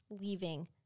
leaving